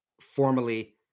formally